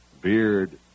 beard